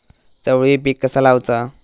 चवळी पीक कसा लावचा?